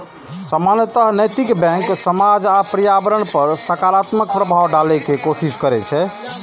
सामान्यतः नैतिक बैंक समाज आ पर्यावरण पर सकारात्मक प्रभाव डालै के कोशिश करै छै